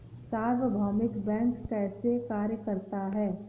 सार्वभौमिक बैंक कैसे कार्य करता है?